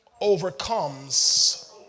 overcomes